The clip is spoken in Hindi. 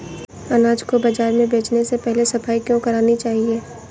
अनाज को बाजार में बेचने से पहले सफाई क्यो करानी चाहिए?